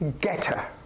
getter